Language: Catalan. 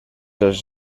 els